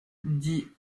dit